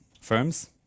firms